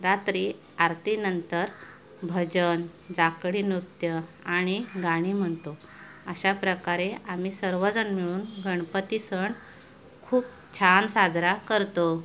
रात्री आरतीनंतर भजन जाकडी नृत्य आणि गाणी म्हणतो अशा प्रकारे आम्ही सर्वजण मिळून गणपती सण खूप छान साजरा करतो